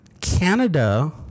Canada